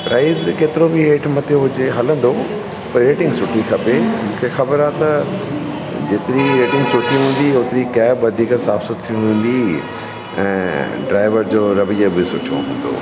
prize केतिरो बि हेठि मथे हुजे हलंदो पर रेटिंग सुठी खपे मूंखे ख़बर आहे त जेतिरी रेटिंग सुठी हूंदी ओतिरी कैब वधीक साफ़ु सुथिरी हूंदी ऐं ड्राइवर जो रवैयो बि सुठो हूंदो